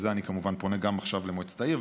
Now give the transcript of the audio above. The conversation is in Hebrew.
ובזה אני כמובן גם פונה עכשיו למועצת העיר,